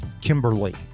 Kimberly